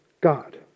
God